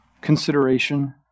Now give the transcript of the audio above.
consideration